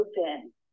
open